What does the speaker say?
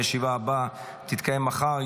הישיבה הבאה תתקיים מחר,